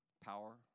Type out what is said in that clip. Power